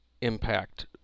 Impact